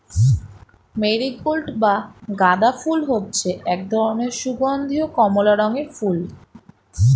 marigold বা গাঁদা ফুল হচ্ছে এক ধরনের সুগন্ধীয় কমলা রঙের ফুল